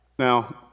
Now